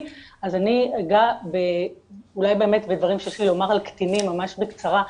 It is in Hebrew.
אז אני אגע אולי באמת בדברים שיש לי לומר על קטינים ממש בקצרה,